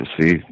see